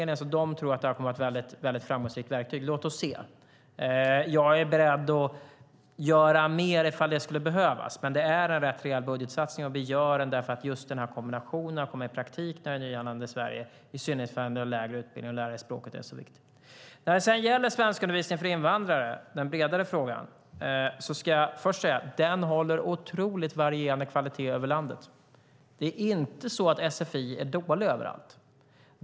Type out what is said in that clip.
De tror att det här kommer att vara ett väldigt framgångsrikt verktyg. Låt oss se. Jag är beredd att göra mer ifall det skulle behövas, men det är en rätt rejäl budgetsatsning. Och vi gör den därför att just den här kombinationen av att komma i praktik när man är nyanländ i Sverige, i synnerhet om man har en lägre utbildning, och att lära sig språket är så viktig. När det sedan gäller svenskundervisningen för invandrare, den bredare frågan, ska jag först säga: Den håller otroligt varierande kvalitet över landet. Det är inte så att sfi är dåligt överallt.